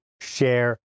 share